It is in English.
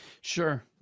Sure